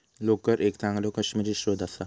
लोकर एक चांगलो काश्मिरी स्त्रोत असा